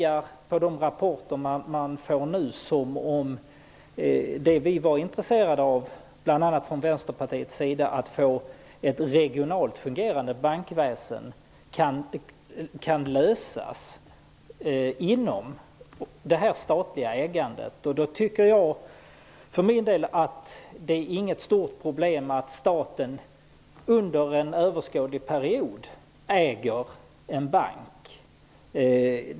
Av de rapporter som nu kommer verkar det som att det som vi från bl.a. Vänsterpartiet var intresserade av, nämligen ett regionalt fungerande bankväsende, kan åstadkommas inom det statliga ägandet. Jag anser därför att det inte är något stort problem att staten under en överskådlig period äger en bank.